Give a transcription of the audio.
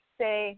say –